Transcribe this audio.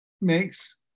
makes